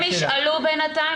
הם ישאלו את השאלה,